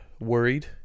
worried